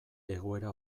egoera